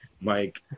Mike